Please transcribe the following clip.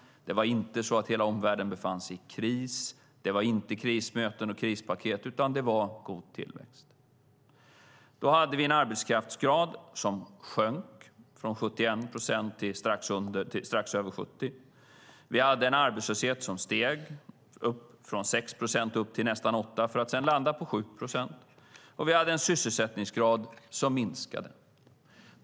Det var inte så att hela omvärlden befann sig i kris. Det var inte krismöten och krispaket, utan det var god tillväxt. Vi hade en arbetskraftsgrad som sjönk från 71 procent till strax över 70 procent. Vi hade en arbetslöshet som steg från 6 procent upp till nästan 8 procent för att sedan landa på 7 procent. Vi hade också en sysselsättningsgrad som sjönk.